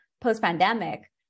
post-pandemic